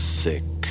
sick